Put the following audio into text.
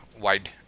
wide